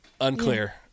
Unclear